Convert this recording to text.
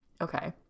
Okay